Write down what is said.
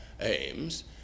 aims